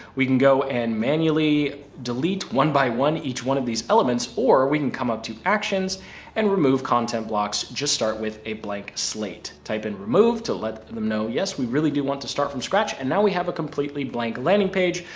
we can go and manually delete one by one, each one of these elements, or we can come up to actions and remove content blocks, just start with a blank slate type and remove to let them know. yes, we really do want to start from scratch. and now we have a completely blank landing page,